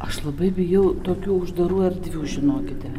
aš labai bijau tokių uždarų erdvių žinokite